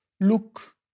look